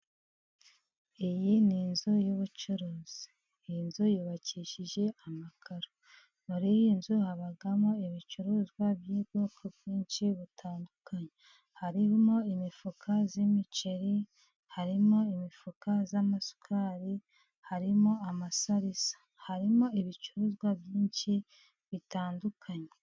Iyi ni inzu y'ubucuruzi, iyi nzu yubakishije amakararo. Imbere mu nzu habamo ibicuruzwa by'ubwoko bwinshi butandukanye, harimo: imifuka z'imiceri, harimo imifuka z'amasukari, harimo amasarisa, harimo ibicuruzwa byinshi bitandukanye.